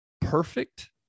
perfect